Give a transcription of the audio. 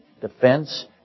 defense